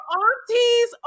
aunties